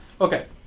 Okay